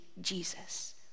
jesus